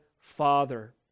Father